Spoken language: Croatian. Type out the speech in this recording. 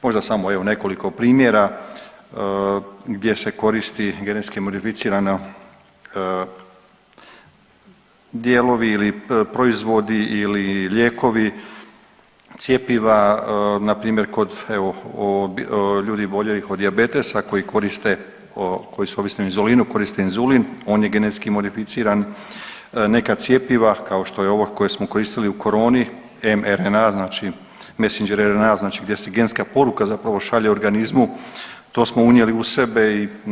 Možda samo evo nekoliko primjera gdje se koristi genetski modificirano dijelovi ili proizvodi iii lijekovi, cjepiva na primjer kod evo ljudi oboljelih od dijabetesa koji koriste, koji su ovisni o inzulinu koriste inzulin, on je genetski modificiran, neka cjepiva kao što je ovo koje smo koristili u coroni MRNA, znači mesanger RNA, znači gdje je genska poruka zapravo šalje organizmu to smo unijeli u sebi.